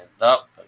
up